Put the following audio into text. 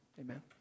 Amen